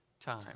time